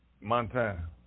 Montana